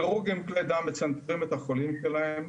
כירורגים כלי דם מצנתרים את החולים שלהם,